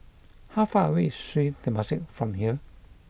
how far away is Sri Temasek from here